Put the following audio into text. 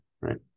Right